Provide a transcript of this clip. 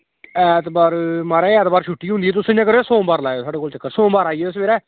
ऐतबार म्हाराज ऐतबार छुट्टी होंदी ऐ तुस इ'यां करेओ सोमबार लाओ साढ़े कोल चक्कर सोमबार आई जाओ सवेरै